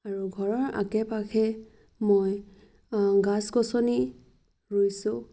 আৰু ঘৰৰ আশে পাশে মই গছ গছনি ৰুইছোঁ